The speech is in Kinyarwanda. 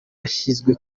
yashyizwe